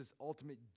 ultimate